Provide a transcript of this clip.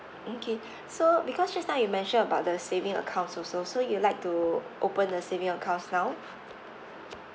okay so because just now you mention about the saving accounts also so you like to open a saving accounts now